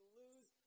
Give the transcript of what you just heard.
lose